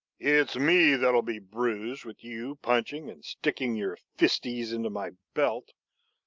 it's me that'll be bruised, with you punching and sticking your fisties into my belt.